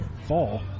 fall